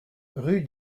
rue